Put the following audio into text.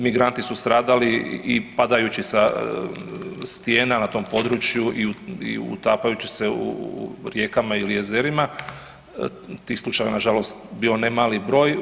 Migranti su stradali i padajući sa stijena na tom području i utapajući se u rijekama ili jezerima, tih slučajeva je nažalost ne mali broj.